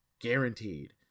Guaranteed